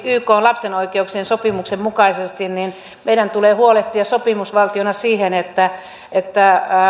ykn lapsen oikeuksien sopimuksen mukaisesti meidän tulee huolehtia sopimusvaltiona siitä että